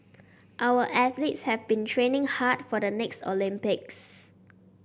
our athletes have been training hard for the next Olympics